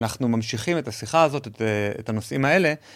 אנחנו ממשיכים את השיחה הזאת, את הנושאים האלה.